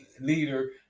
leader